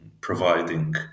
providing